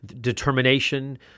determination